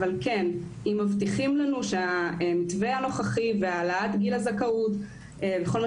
אבל אם מבטיחים לנו שהמתווה הנוכחי והעלאת גיל הזכאות וכל מה